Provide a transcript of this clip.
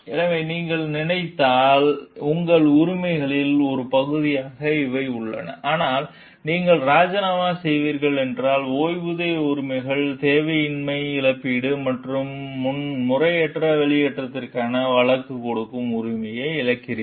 எனவே நீங்கள் நிலைத்திருந்தால் உங்கள் உரிமைகளின் ஒரு பகுதியாக இவை உள்ளன ஆனால் நீங்கள் ராஜினாமா செய்கிறீர்கள் என்றால் ஓய்வூதிய உரிமைகள் வேலையின்மை இழப்பீடு மற்றும் முறையற்ற வெளியேற்றத்திற்காக வழக்குத் தொடுக்கும் உரிமையை இழக்கிறீர்கள்